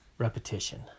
repetition